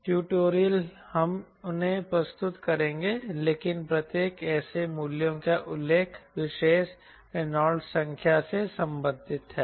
tutorial हम उन्हें प्रस्तुत करेंगे लेकिन प्रत्येक ऐसे मूल्यों का उल्लेख विशेष रेनॉल्ड्स संख्या से संबंधित है